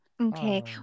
Okay